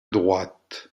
droite